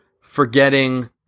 forgetting